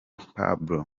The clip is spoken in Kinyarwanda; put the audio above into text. pablo